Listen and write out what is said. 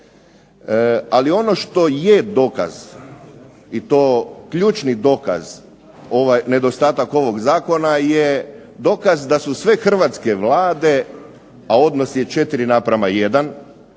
Ali ono što je dokaz, i to ključni dokaz, nedostatak ovog zakona je dokaz da su sve hrvatske Vlade, a odnos je 4 naprama jedan,